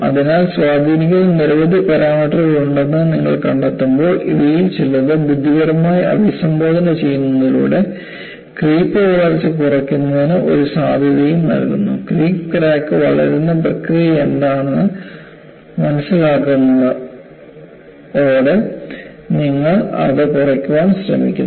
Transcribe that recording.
അതിനാൽ സ്വാധീനിക്കുന്ന നിരവധി പാരാമീറ്ററുകൾ ഉണ്ടെന്ന് നിങ്ങൾ കണ്ടെത്തുമ്പോൾ ഇവയിൽ ചിലത് ബുദ്ധിപരമായി അഭിസംബോധന ചെയ്യുന്നതിലൂടെ ക്രീപ്പ് വളർച്ച കുറയ്ക്കുന്നതിന് ഒരു സാധ്യതയും നൽകുന്നു ക്രീപ്പ് ക്രാക്ക് വളരുന്ന പ്രക്രിയയെന്താണ് എന്ന് മനസ്സിലാക്കുന്നതോടെ നിങ്ങൾ അത് കുറയ്ക്കാൻ ശ്രമിക്കുന്നു